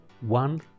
one